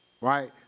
right